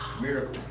Miracle